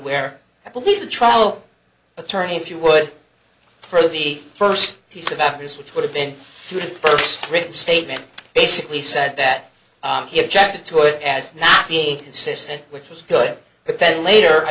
where i believe the trial attorney if you would for the first piece of evidence which would have been first written statement basically said that he objected to it as not being consistent which was good but then later i